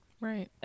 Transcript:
Right